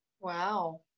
Wow